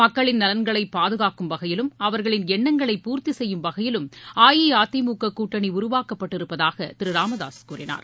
மக்களின் நலன்களை பாதுகாக்கும் வகையிலும் அவர்களின் எண்ணங்களை பூர்த்தி செய்யும் வகையிலும் அஇஅதிமுக கூட்டணி உருவாக்கப்பட்டிருப்பதாகவும் திரு ராமதாசு கூறினார்